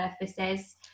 surfaces